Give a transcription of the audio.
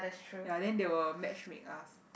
ya then they will matchmake us